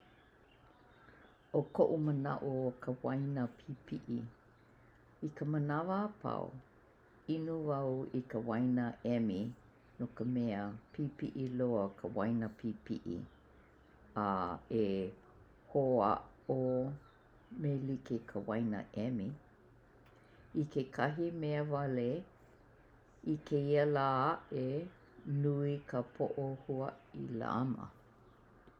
ʻO koʻu manaʻo, ʻO ka waina pipiʻi I ka manawa apau, inu wau i ka waina emi no ka mea pipiʻi loa ka waina pipiʻi a e hoʻāʻo me like ka waina emi. I kekahi mea wale, i kēia lā aʻe, nui ka poʻohuaʻilama.